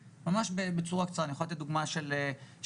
לא מספיק רק הקצוות של איסור שביתה או שביתה אין-סופית,